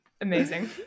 Amazing